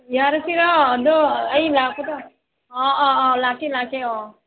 ꯌꯥꯔꯁꯤꯔꯣ ꯑꯗꯣ ꯑꯩ ꯂꯥꯛꯄꯗ ꯑꯥ ꯑꯥ ꯑꯥ ꯂꯥꯛꯀꯦ ꯂꯥꯛꯀꯦ ꯑꯣ